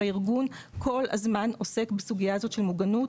הארגון כל הזמן עוסק בסוגיה הזו של מוגנות,